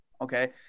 Okay